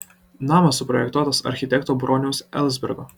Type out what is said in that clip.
namas suprojektuotas architekto broniaus elsbergo